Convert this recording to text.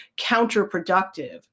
counterproductive